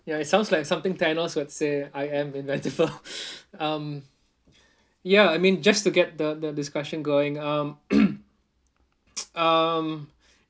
ya it sounds like something thanos would say I am inevitable um ya I mean just to get the the discussion going uh um